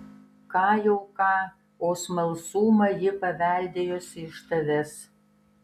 ką jau ką o smalsumą ji paveldėjusi iš tavęs